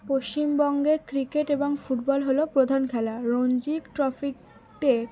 পশ্চিমবঙ্গে ক্রিকেট এবং ফুটবল হলো প্রধান খেলা রঞ্জি ট্রফিতে